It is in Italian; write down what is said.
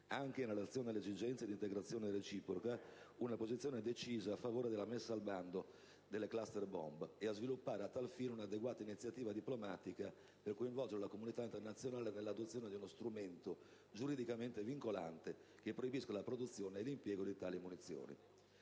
anche in relazione alle esigenze di integrazione reciproca, una decisa posizione a favore della messa al bando delle *cluster bomb*» e «a sviluppare a tal fine un'adeguata iniziativa diplomatica per coinvolgere la comunità internazionale nell'adozione di uno strumento giuridicamente vincolante che proibisca la produzione e l'impiego di tali munizioni».